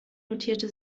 notierte